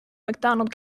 mcdonald